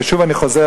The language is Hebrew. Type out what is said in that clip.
ושוב אני חוזר,